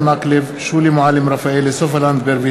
לקריאה שנייה ולקריאה